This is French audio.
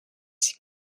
s’y